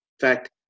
fact